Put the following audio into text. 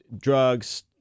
drugs